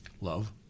Love